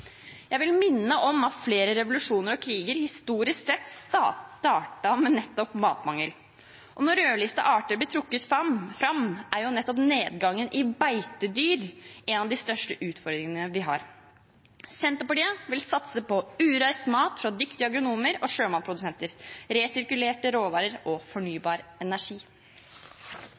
Jeg vil minne om at flere revolusjoner og kriger historisk sett startet med nettopp matmangel. Og når rødlistede arter blir trukket fram, er nettopp nedgangen i beitedyr en av de største utfordringene vi har. Senterpartiet vil satse på «ureist» mat fra dyktige agronomer og sjømatprodusenter, resirkulerte råvarer og fornybar energi.